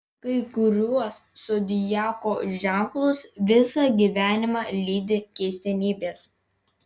kai kuriuos zodiako ženklus visą gyvenimą lydi keistenybės